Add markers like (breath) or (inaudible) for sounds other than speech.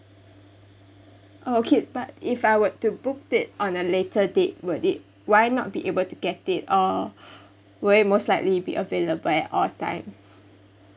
oh okay but if I were to book it on a later date will it will I not be able to get it or (breath) where most likely be available at all times